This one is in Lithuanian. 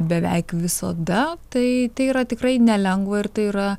beveik visada tai tai yra tikrai nelengva ir tai yra